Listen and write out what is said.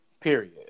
period